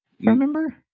remember